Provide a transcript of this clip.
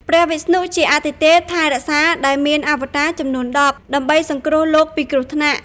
ព្រះវិស្ណុជាអាទិទេពថែរក្សា ដែលមានអវតារចំនួន ១០ ដើម្បីសង្គ្រោះលោកពីគ្រោះថ្នាក់។